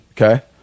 okay